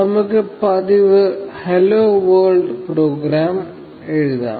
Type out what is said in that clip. നമുക്ക് പതിവ് hello world program എഴുതാം